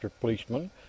Policeman